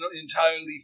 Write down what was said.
entirely